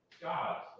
God